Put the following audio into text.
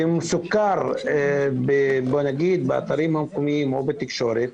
שהוא מסוקר באתרים המקומיים או בתקשורת,